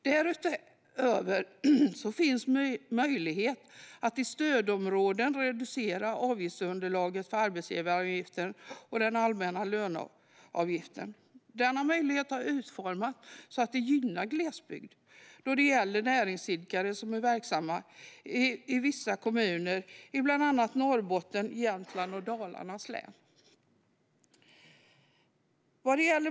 Därutöver finns det möjlighet att i stödområden reducera avgiftsunderlaget för arbetsgivaravgiften och den allmänna löneavgiften. Denna möjlighet har utformats så att den gynnar glesbygden då det gäller näringsidkare som är verksamma i vissa kommuner, bland annat Norrbottens, Jämtlands och Dalarnas län.